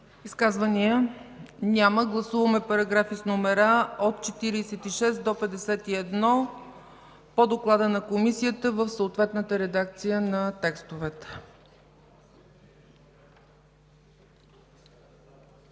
Изказвания? Няма. Гласуваме параграфи с номера от 46 до 51 по доклада на Комисията в съответната редакция на текстовете.